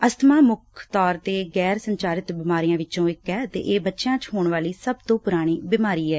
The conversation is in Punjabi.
ਦਮੇ ਮੁੱਖ ਤੌਰ ਤੇ ਗੈਰ ਸੰਚਾਰਿਤ ਬਿਮਾਰੀਆਂ ਵਿਚੋਂ ਇਕ ਐ ਅਤੇ ਇਹ ਬੱਚਿਆਂ ਚ ਹੋਣ ਵਾਲੀ ਸਭ ਤੋਂ ਪੁਰਾਣੀ ਬਿਮਾਰੀ ਐ